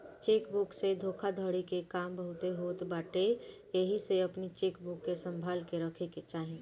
check book से धोखाधड़ी के काम बहुते होत बाटे एही से अपनी चेकबुक के संभाल के रखे के चाही